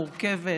מורכבת,